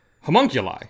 Homunculi